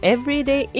Everyday